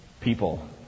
people